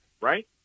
right